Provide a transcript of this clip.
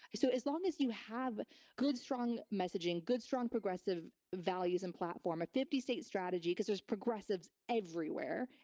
so as long as you have good, strong messaging, good, strong, progressive values in platform, a fifty state strategy-because there's progressive everywhere,